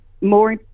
more